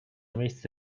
miejsce